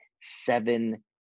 seven